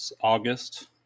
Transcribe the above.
August